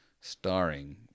starring